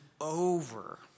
over